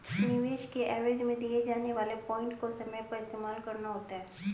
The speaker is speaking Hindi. निवेश के एवज में दिए जाने वाले पॉइंट को समय पर इस्तेमाल करना होता है